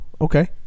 Okay